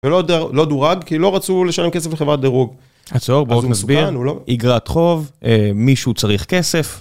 ולא דורג, כי לא רצו לשלם כסף לחברת דירוג. עצור, בואו נסביר, איגרת חוב, מישהו צריך כסף.